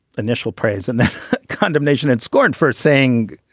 initial praise and condemnation and scorn for saying,